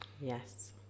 Yes